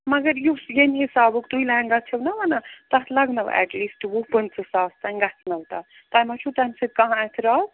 مگر یُس ییٚمہِ حسابُک تُہۍ لہنگا چھِو نہ ونان تتھ لگنو ایٹ لیٖسٹ وُہ پِنژٕ ساس لگنو تتھ تۄہہِ ما چھو تمہ سۭتۍ کانٛہہ اعتراز